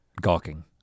gawking